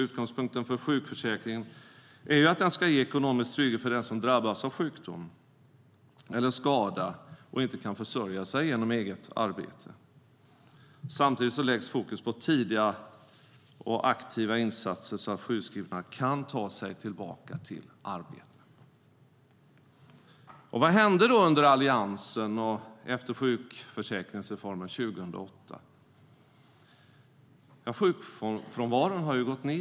Utgångspunkten för sjukförsäkringen är att den ska ge ekonomisk trygghet för den som drabbas av sjukdom eller skada och inte kan försörja sig genom eget arbete. Samtidigt läggs fokus på tidiga och aktiva insatser så att sjukskrivna kan ta sig tillbaka till arbete. Vad hände då under Alliansen och efter sjukförsäkringsreformen 2008? Sjukfrånvaron har gått ned.